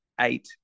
eight